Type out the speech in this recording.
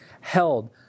held